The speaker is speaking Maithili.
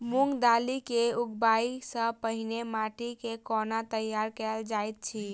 मूंग दालि केँ उगबाई सँ पहिने माटि केँ कोना तैयार कैल जाइत अछि?